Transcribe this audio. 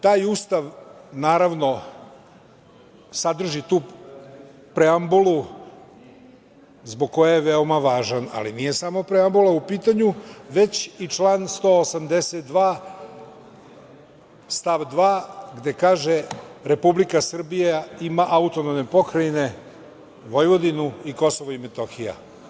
Taj Ustav sadrži tu preambulu zbog koje je veoma važan, ali nije samo preambula u pitanju, već i član 182. stav 2. gde kaže – Republika Srbija ima autonomne pokrajine Vojvodinu i Kosovo i Metohija.